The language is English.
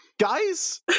Guys